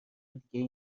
دیگهای